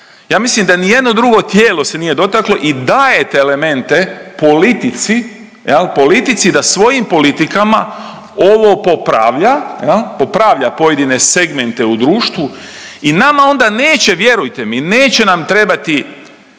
ja mislim da ni jedno drugo tijelo se nije dotaklo i dajete elemente politici jel politici da svojim politikama ovo popravlja jel, popravlja pojedine segmente u društvu i nama onda neće, vjerujte mi neće nam trebati